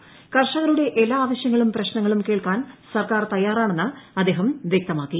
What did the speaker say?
ക്ർഷ്കരുടെ എല്ലാ ആവശ്യങ്ങളും പ്രശ്നങ്ങളും കേൾക്കാൻ സർക്കാർ തയ്യാറാണെന്നും അദ്ദേഹം വ്യക്തമാക്കി